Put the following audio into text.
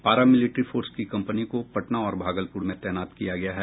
पारा military force की company को पटना और भागलपुर में तैनात किया गया है